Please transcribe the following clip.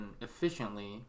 efficiently